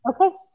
okay